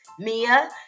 Mia